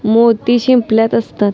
मोती शिंपल्यात असतात